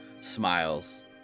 smiles